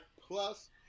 plus